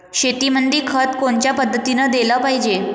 शेतीमंदी खत कोनच्या पद्धतीने देलं पाहिजे?